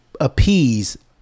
appease